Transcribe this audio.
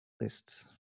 lists